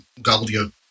gobbledygook